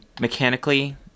mechanically